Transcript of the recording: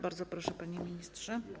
Bardzo proszę, panie ministrze.